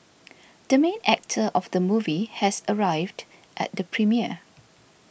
the main actor of the movie has arrived at the premiere